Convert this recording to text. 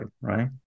right